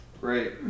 Great